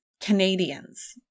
Canadians